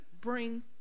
bring